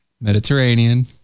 Mediterranean